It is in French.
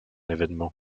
évènement